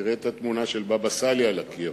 תראה את התמונה של הבבא סאלי על הקיר.